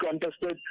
contested